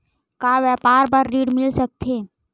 का व्यापार बर ऋण मिल सकथे?